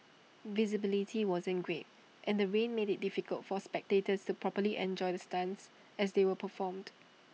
visibility wasn't great and the rain made IT difficult for spectators to properly enjoy the stunts as they were performed